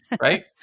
right